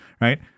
Right